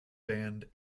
band